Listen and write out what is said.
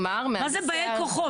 מה זה באי כוחו?